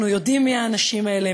אנחנו יודעים מי האנשים האלה,